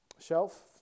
shelf